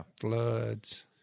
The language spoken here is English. floods